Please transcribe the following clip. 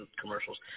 commercials